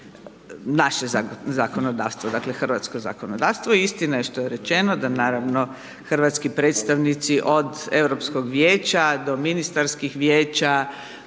naše zakonodavstvo, dakle hrvatsko zakonodavstvo i istina što je rečeno, da naravno hrvatski predstavnici od Europskog vijeća do ministarskih vijeća